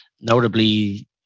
Notably